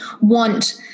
want